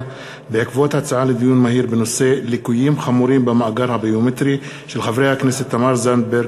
בעקבות דיון מהיר בהצעתם של חברי הכנסת תמר זנדברג,